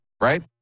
right